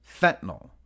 fentanyl